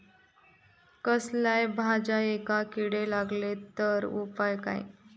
कसल्याय भाजायेंका किडे लागले तर उपाय काय?